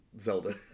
zelda